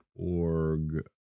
Org